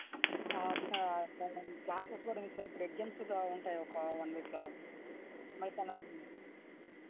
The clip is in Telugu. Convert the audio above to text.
ఆ క్లాసెస్ కూడా మిస్ అయిపోయాడు ఇప్పుడు ఎగ్జామ్స్ కూడా ఉంటాయి ఒక వన్ వీక్ లో మరి తను